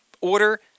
order